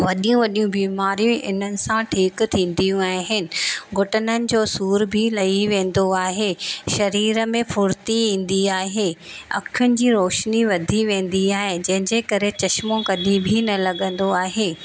वॾियूं वॾियूं बीमारियूं इन्हनि सां ठीकु थींदियूं आहिनि घुटननि जो सूर बि लही वेंदो आहे शरीर में फुर्ती ईंदी आहे अखियुनि जी रोशनी वधी वेंदी आहे जंहिंजे करे चश्मो कॾहिं बि न लॻंदो आहे